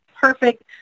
perfect